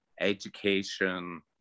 education